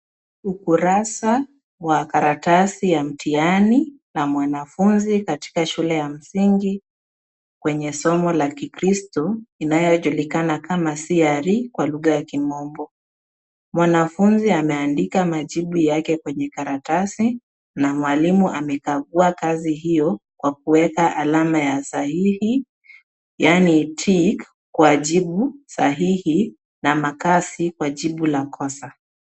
Ukurasa wa karatasi ya mtihani I una mwanafunzi katika shule ya msingi kwenye somo la kikristo inayojulikaka kama CRE kwa lugha ya kimombo. Mwanafunzi ameandika majibu yake kwenye karatasi na mwalimu amekagua kazi hiyo kwa kuweka alama ya sahihi yani tick kwa jibu sahihi na makasi kwa jibu la kosa.